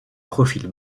profil